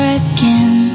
again